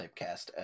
typecast